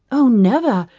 oh never!